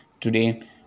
today